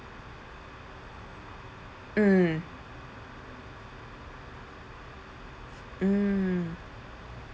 mm mm